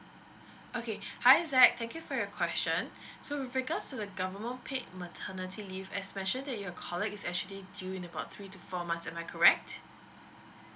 okay hi zack thank you for your question so with regards to the government paid maternity leave as mentioned that your colleague is actually due in about three to four months am I correct